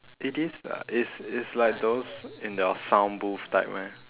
it is lah it's it's like those in the sound booth type meh